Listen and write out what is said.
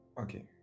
Okay